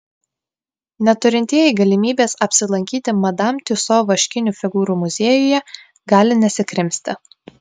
neturintieji galimybės apsilankyti madam tiuso vaškinių figūrų muziejuje gali nesikrimsti